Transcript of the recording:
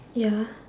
ya